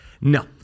No